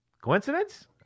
Coincidence